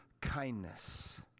kindness